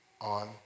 on